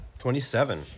27